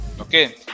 Okay